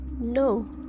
No